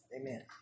Amen